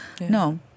No